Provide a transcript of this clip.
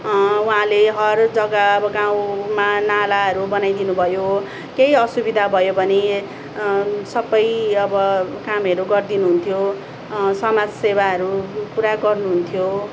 उहाँले हर जग्गा अब गाउँमा नालाहरू बनाइदिनुभयो केही असुबिधा भयो भने सबै अब कामहरू गरिदिनु हुन्थ्यो समाज सेवाहरू पुरा गर्नुहुन्थ्यो